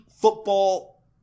football